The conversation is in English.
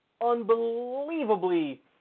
unbelievably